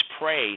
pray